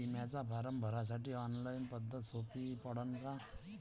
बिम्याचा फारम भरासाठी ऑनलाईन पद्धत सोपी पडन का?